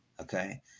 okay